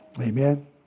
Amen